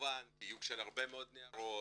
כמובן תיוק של הרבה מאוד ניירות,